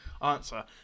answer